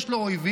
יש לו אויבים,